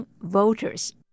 voters